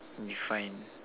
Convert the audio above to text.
be fine